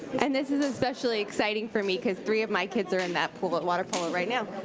and this is especially exciting for me cuz three of my kids are in that pool at water polo right now.